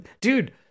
dude